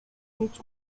mieć